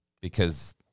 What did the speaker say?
because-